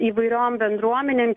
įvairiom bendruomenėm